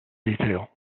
detail